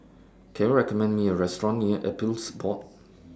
Can YOU recommend Me A Restaurant near Appeals Board